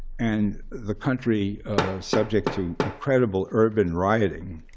and the country subject to incredible urban rioting,